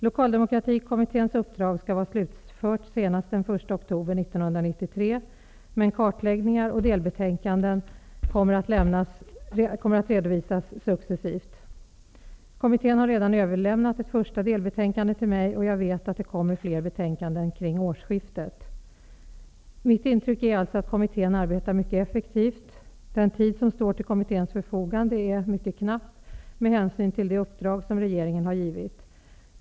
Lokaldemokratikommitténs uppdrag skall vara slutfört senast den 1 oktober 1993, men kartläggningar och delbetänkanden kommer att redovisas successivt. Kommittén har redan överlämnat ett första delbetänkande til mig, och jag vet att det kommer fler delbetänkanden kring årsskiftet. Mitt intryck är alltså att kommittén arbetar mycket effektivt. Den tid som står till kommitténs förfogande är mycket knapp med hänsyn till det uppdrag som regeringen har givit.